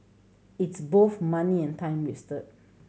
it's both money and time wasted